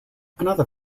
another